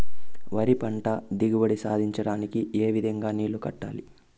వరి పంట దిగుబడి సాధించడానికి, ఏ విధంగా నీళ్లు కట్టాలి?